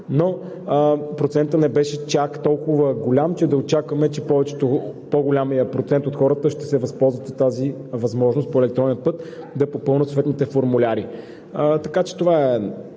но процентът не беше чак толкова голям, че да очакваме, че по-големият процент от хората ще се възползват от тази възможност – по електронен път да попълнят съответните формуляри. Така че това е